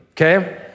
okay